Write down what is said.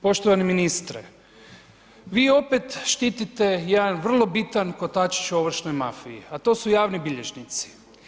Poštovani ministre, vi opet štitite jedan vrlo bitan kotačić u ovršnoj mafiji a to su javni bilježnici.